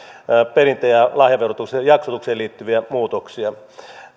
perintö ja lahjaverotuksen jaksotukseen liittyviä muutoksia